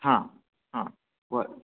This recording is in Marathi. हां हां बरं